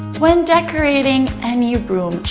when decorating any room,